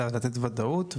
אלא לתת וודאות.